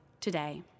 today